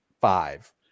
five